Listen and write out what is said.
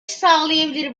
sağlayabilir